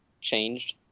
changed